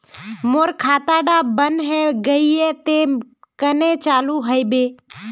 मोर खाता डा बन है गहिये ते कन्हे चालू हैबे?